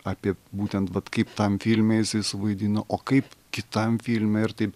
apie būtent vat kaip tam filme jisai suvaidino o kaip kitam filme ir taip